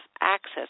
access